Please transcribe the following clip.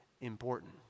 important